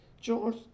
George